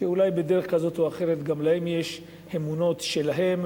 שאולי בדרך כזאת או אחרת גם להם יש אמונות שלהם,